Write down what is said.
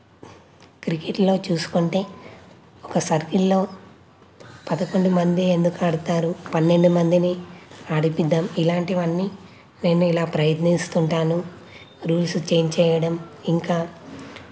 క్రికెట్లో చూసుకుంటే ఒక సర్కిల్లో పదకొండు మంది ఎందుకు ఆడతారు పన్నెండు మందిని ఆడిపిద్దాము ఇలాంటివన్నీ నేను ఇలా ప్రయత్నిస్తుంటాను రూల్స్ చేంజ్ చేయడం ఇంకా